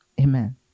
amen